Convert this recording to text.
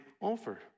offer